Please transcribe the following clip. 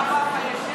הרב גפני,